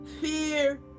fear